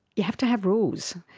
you have to have rules,